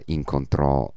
incontrò